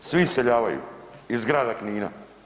Svi iseljavaju iz Grada Knina.